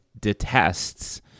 detests